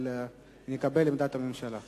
אבל אני אקבל את עמדת הממשלה.